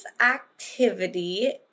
activity